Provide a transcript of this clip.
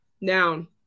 Noun